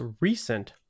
recent